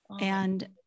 And-